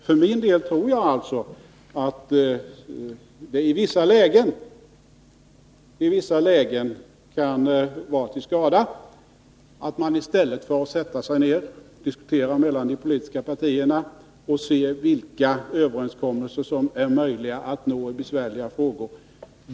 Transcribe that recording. För min del tror jag alltså att det i vissa lägen kan vara till skada att man börjar ropa på val i stället för att sätta sig ned och diskutera mellan de politiska partierna för att se vilka överenskommelser som är möjliga att nå i besvärliga frågor.